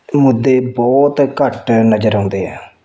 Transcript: ਮੁੱਦੇ ਬਹੁਤ ਘੱਟ ਨਜ਼ਰ ਆਉਂਦੇ ਹੈ